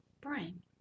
brain